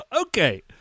Okay